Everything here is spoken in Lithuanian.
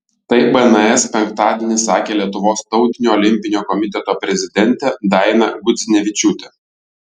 tai bns penktadienį sakė lietuvos tautinio olimpinio komiteto prezidentė daina gudzinevičiūtė